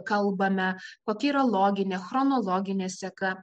kalbame kokia yra loginė chronologinė seka